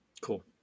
Cool